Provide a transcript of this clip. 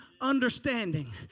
understanding